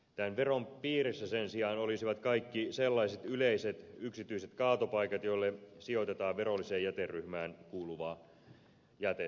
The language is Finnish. tämän veron piirissä sen sijaan olisivat kaikki sellaiset yleiset yksityiset kaatopaikat joille sijoitetaan verolliseen jäteryhmään kuuluvaa jätettä